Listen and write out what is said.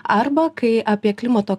arba kai apie klimato